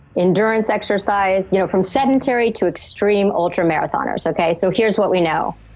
endurance exercise, you know from sedentary to extreme ultra marathoners, okay, so here's what we know.